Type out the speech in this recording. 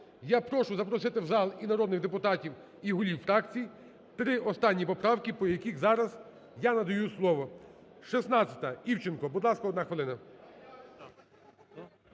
Я прошу запросити в зал і народних депутатів, і голів фракцій, три останні поправки, по яких зараз я надаю слово. 16-а, Івченко, будь ласка, одна хвилина.